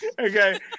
Okay